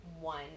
one